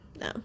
no